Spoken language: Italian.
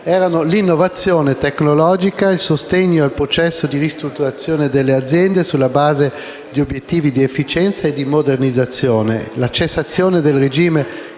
erano l'innovazione tecnologica, il sostegno al processo di ristrutturazione delle aziende sulla base di obiettivi di efficienza e di modernizzazione, la cessazione del regime